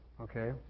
okay